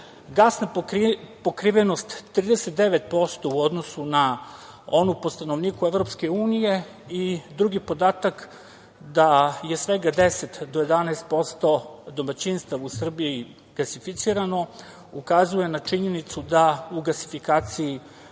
gasna pokrivenost 39% u odnosu na onu po stanovniku EU i drugi podatak da je svega 10 do 11% domaćinstava u Srbiji gasificirano ukazuje na činjenicu da u gasifikaciji